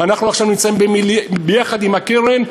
אנחנו עכשיו נמצאים ביחד עם הקרן,